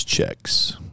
Checks